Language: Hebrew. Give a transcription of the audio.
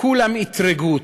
היה ראש ממשלה כולם אתרגו אותו,